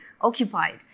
occupied